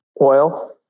oil